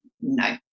No